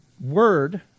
word